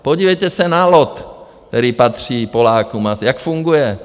Podívejte se na LOT, který patří Polákům, a jak funguje.